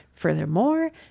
Furthermore